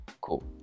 Cool